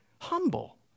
humble